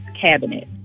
cabinet